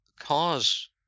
cause